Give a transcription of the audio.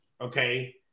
okay